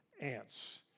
ants